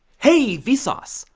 hey, vsauce.